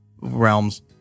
realms